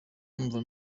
numva